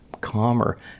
calmer